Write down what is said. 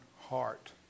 heart